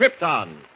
Krypton